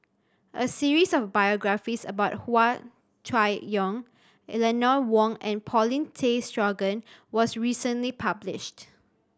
a series of biographies about Hua Chai Yong Eleanor Wong and Paulin Tay Straughan was recently published